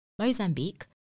Mozambique